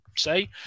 say